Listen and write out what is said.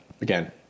again